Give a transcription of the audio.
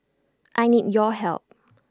I need your help